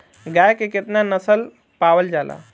गाय के केतना नस्ल पावल जाला?